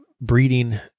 breeding